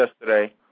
yesterday